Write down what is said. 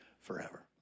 forever